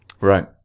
right